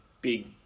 big